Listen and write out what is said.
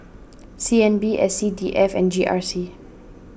C N B S C D F and G R C